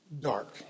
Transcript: dark